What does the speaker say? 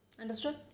Understood